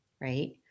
right